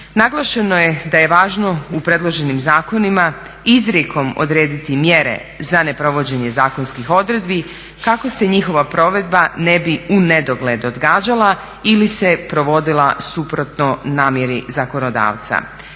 Naglašeno je da je važno u predloženim zakonima izrijekom odrediti mjere za neprovođenje zakonskih odredbi kako se njihova provedba ne bi u nedogled odgađala ili se provodila suprotno namjeri zakonodavca.